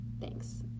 Thanks